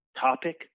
topic